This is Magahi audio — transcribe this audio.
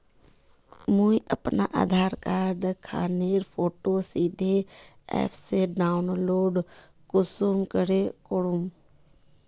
मुई अपना आधार कार्ड खानेर फोटो सीधे ऐप से डाउनलोड कुंसम करे करूम?